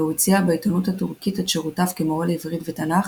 והוא הציע בעיתונות הטורקית את שירותיו כמורה לעברית ותנ"ך,